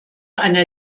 einer